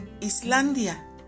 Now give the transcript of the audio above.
Islandia